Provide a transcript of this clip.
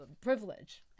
privilege